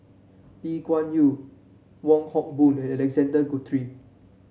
Lee Kuan Yew Wong Hock Boon and Alexander Guthrie